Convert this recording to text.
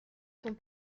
sont